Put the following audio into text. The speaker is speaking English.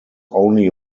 only